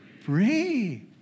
free